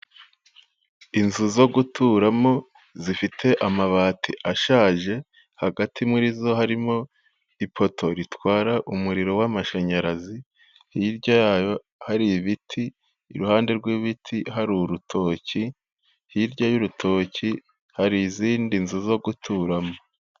Inzu zo guturamo zifite amabati ashaje hagati muri zo harimo ipoto ritwara umuriro w'amashanyarazi hirya yayo hari ibiti iruhande rw'ibiti hari urutoki hirya y'urutoki hari izindi nzu zo guturamo.